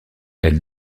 elle